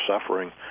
suffering